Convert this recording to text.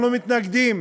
אנחנו מתנגדים